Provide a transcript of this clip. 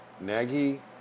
Nagy